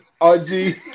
RG